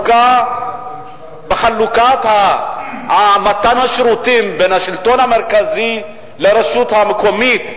בחלוקת מתן השירותים בין השלטון המרכזי לרשויות המקומיות,